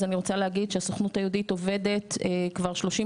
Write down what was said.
אז אני רוצה להגיד שהסוכנות היהודית עובדת כבר שלושים